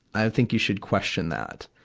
i think you should question that.